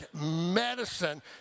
medicine